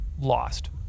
lost